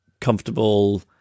comfortable